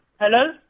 Hello